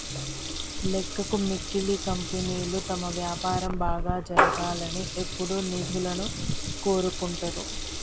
లెక్కకు మిక్కిలి కంపెనీలు తమ వ్యాపారం బాగా జరగాలని ఎప్పుడూ నిధులను కోరుకుంటరు